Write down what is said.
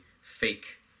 fake